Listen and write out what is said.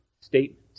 statement